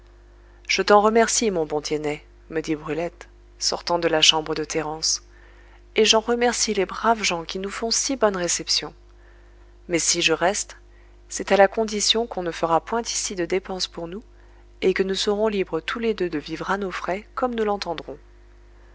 je t'en remercie mon bon tiennet me dit brulette sortant de la chambre de thérence et j'en remercie les braves gens qui nous font si bonne réception mais si je reste c'est à la condition qu'on ne fera point ici de dépense pour nous et que nous serons libres tous les deux de vivre à nos frais comme nous l'entendrons